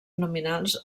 nominals